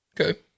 Okay